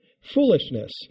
Foolishness